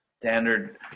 standard